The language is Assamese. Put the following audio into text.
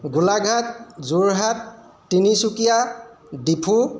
গোলাঘাট যোৰহাট তিনিচুকীয়া ডিফু